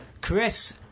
chris